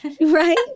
Right